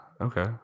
Okay